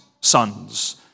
sons